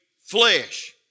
flesh